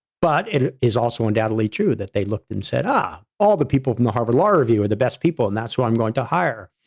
but it is also undoubtedly true that they looked and said, um ah, all the people from the harvard law review are the best people and that's what i'm going to hire.